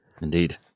Indeed